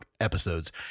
episodes